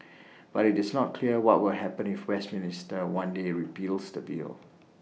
but IT is not clear what will happen if Westminster one day repeals the bill